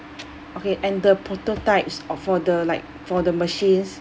okay and the prototypes of for the like for the machines